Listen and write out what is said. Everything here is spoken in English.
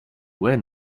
where